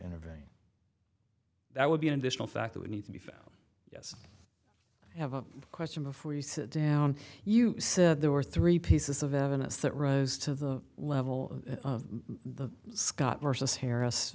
intervene that would be an additional fact that we need to be found yes i have a question before you sit down you said there were three pieces of evidence that rise to the level of the scott versus harris